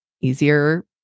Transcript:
easier